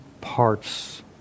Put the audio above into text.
parts